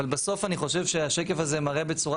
בסוף אני חושב שהשקף הזה מראה בצורה